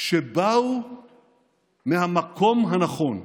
שבאו מהמקום הנכון.